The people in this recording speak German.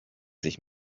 sich